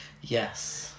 yes